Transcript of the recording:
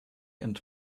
and